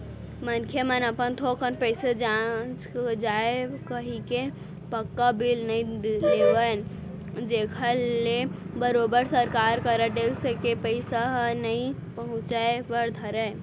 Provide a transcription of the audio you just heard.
मनखे मन अपन थोकन पइसा बांच जाय कहिके पक्का बिल नइ लेवन जेखर ले बरोबर सरकार करा टेक्स के पइसा ह नइ पहुंचय बर धरय